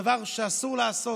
דבר שאסור לעשות,